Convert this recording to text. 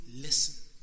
listen